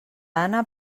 anna